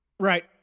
Right